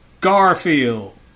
Garfield